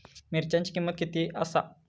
मिरच्यांची किंमत किती आसा?